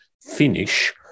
finish